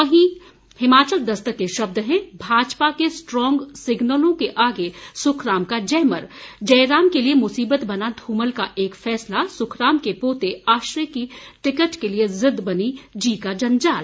वहीं हिमाचल दस्तक के शब्द हैं भाजपा के स्ट्रांग सिग्नलों के आगे सुखराम का जैमर जयराम के लिए मुसीबत बना धूमल का एक फैसला सुखराम के पोते आश्रय की टिकट के लिए ज़िदद बनी जी का जंजाल